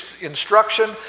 instruction